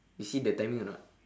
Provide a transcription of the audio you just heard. you see the timing or not